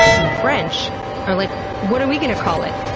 and the french are like, what are we going to call it?